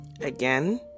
Again